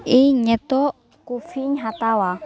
ᱤᱧ ᱱᱤᱛᱳᱜ ᱠᱚᱯᱷᱤᱧ ᱦᱟᱛᱟᱣᱟ